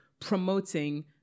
promoting